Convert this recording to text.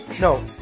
no